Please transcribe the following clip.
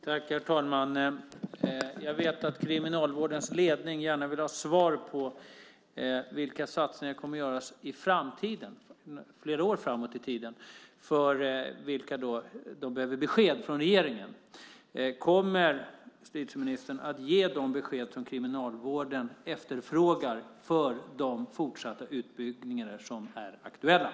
Herr talman! Jag vet att Kriminalvårdens ledning gärna vill veta vilka satsningar som kommer att göras i framtiden, alltså flera år framåt i tiden. De behöver således få besked om detta från regeringen. Kommer justitieministern att ge besked om den fortsatta utbyggnad som är aktuell och som Kriminalvården efterfrågar?